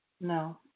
No